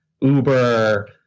Uber